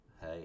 Hey